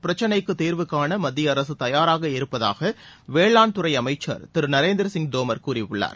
பிரச்சனைக்கு தீர்வுகாண மத்திய அரசு தயாராக இருப்பதாக வேளாண்துறை அமைச்சர் திரு நரேந்திரசிங் தோமர் கூறியுள்ளார்